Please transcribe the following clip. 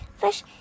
fish